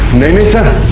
name instead of